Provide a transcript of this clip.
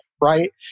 right